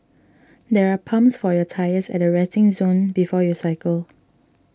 there are pumps for your tyres at the resting zone before you cycle